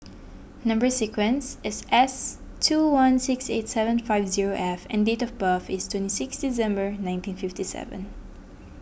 Number Sequence is S two one six eight seven five zero F and date of birth is twenty six December nineteen fifty seven